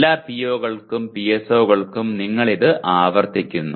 എല്ലാ PO കൾക്കും PSO കൾക്കും നിങ്ങൾ ഇത് ആവർത്തിക്കുന്നു